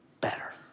better